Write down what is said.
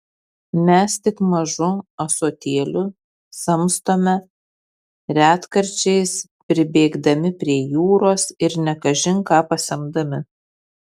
mes tik mažu ąsotėliu samstome retkarčiais pribėgdami prie jūros ir ne kažin ką pasemdami